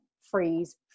freeze